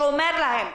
שאומר להם: